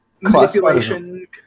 manipulation